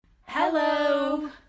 Hello